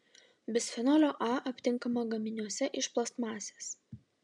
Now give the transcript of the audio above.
bisfenolio a aptinkama gaminiuose iš plastmasės